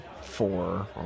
four